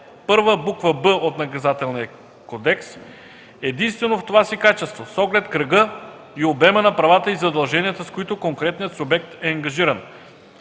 1, б. „б” от Наказателния кодекс единствено в това си качество, с оглед кръга и обема на правата и задълженията, с които конкретният субект е ангажиран.